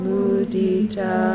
Mudita